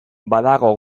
badago